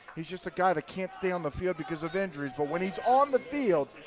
he's just a guy that can't stay on the field because of injuries. but when he's on the field,